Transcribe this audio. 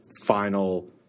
final